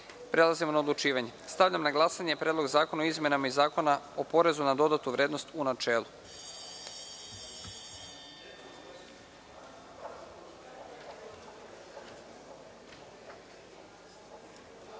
prelazimo na odlučivanje. Stavljam na glasanje Predlog zakona o izmenama Zakona o porezu na dodatu vrednost, u načelu. Molim